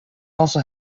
also